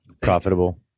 Profitable